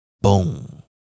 Boom